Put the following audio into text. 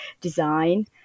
design